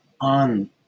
on